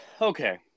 okay